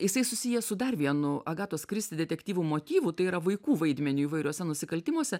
jisai susijęs su dar vienu agatos kristi detektyvų motyvu tai yra vaikų vaidmeniu įvairiuose nusikaltimuose